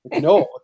No